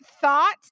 thought